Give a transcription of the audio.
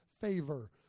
favor